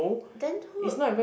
then who